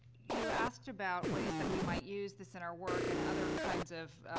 you asked about ways that we might use this in our work and other kinds of,